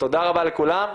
תודה רבה לכולם.